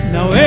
Now